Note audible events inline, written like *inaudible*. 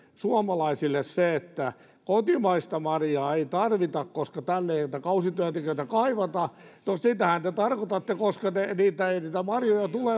suomalaisille sitten se että kotimaista marjaa ei tarvita koska tänne ei kausityöntekijöitä kaivata no sitähän te tarkoitatte koska ei ei niitä marjoja tule *unintelligible*